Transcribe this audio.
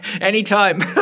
anytime